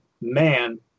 man